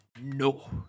No